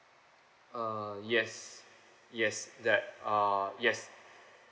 uh yes yes that uh yes